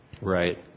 Right